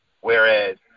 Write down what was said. whereas